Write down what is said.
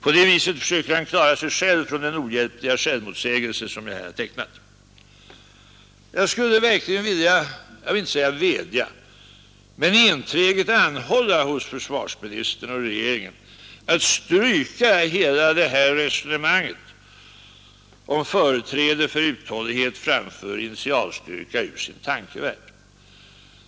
På det viset försöker han klara sig 29 maj 1972 själv från den ohjälpliga självmotsägelse som jag här har tecknat. —— Jag skulle verkligen vilja, inte vädja utan enträget anhålla hos Försvarets fortsatta försvarsministern och regeringen att stryka hela detta resonemang om inriktning m.m. företrädet för uthållighet framför initialstyrka ur sin tankevärld.